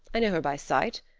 i know her by sight.